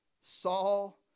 Saul